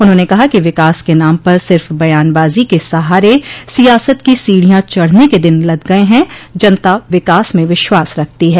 उन्होंने कहा कि विकास के नाम पर सिर्फ बयानबाजी के सहारे सियासत की सीढ़ियां चढ़ने के दिन लद गये हैं जनता विकास में विश्वास रखती है